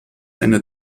eine